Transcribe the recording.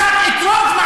את זה אנחנו אומרים.